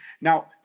Now